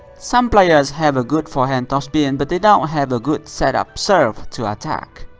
some players have a good forehand topspin, but they don't have a good set-up serve to attack.